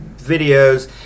videos